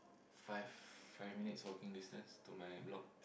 five five minutes walking distance to my block